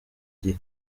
igihe